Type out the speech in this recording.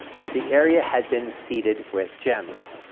that the area has been seeded with gems.